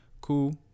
cool